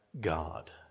God